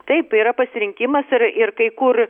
taip yra pasirinkimas ir ir kai kur